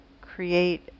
create